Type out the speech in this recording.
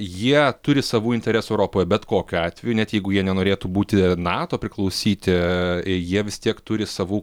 jie turi savų interesų europoje bet kokiu atveju net jeigu jie nenorėtų būti nato priklausyti jie vis tiek turi savų